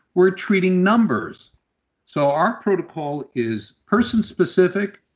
we're treating numbers so our protocol is person specific,